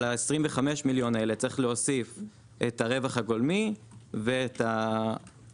על 25 המיליון האלה צריך להוסיף את הרווח הגולמי ואת המע"מ,